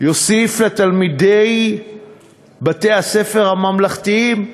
יוסיף לתלמידי בתי-הספר הממלכתיים.